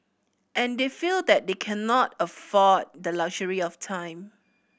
and they feel that they cannot afford the luxury of time